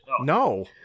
No